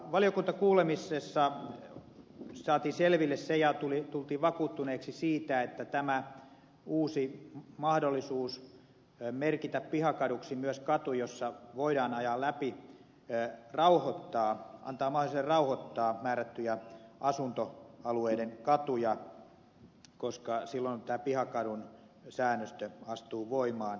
valiokuntakuulemisessa saatiin selville ja tultiin vakuuttuneiksi siitä että tämä uusi mahdollisuus merkitä pihakaduksi myös katu jonka kautta voidaan ajaa läpi rauhoittaa antaa mahdollisuuden rauhoittaa määrättyjä asuntoalueiden katuja koska silloin tämä pihakadun säännöstö astuu voimaan